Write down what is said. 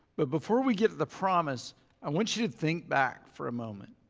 but before we get the promise i want you to think back for a moment.